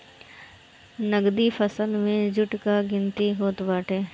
नगदी फसल में जुट कअ गिनती होत बाटे